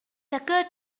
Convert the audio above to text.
occurred